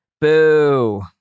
Boo